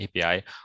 API